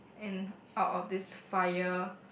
and out of this fire